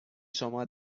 شما